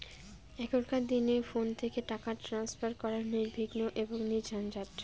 এখনকার দিনে ফোন থেকে টাকা ট্রান্সফার করা নির্বিঘ্ন এবং নির্ঝঞ্ঝাট